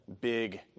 big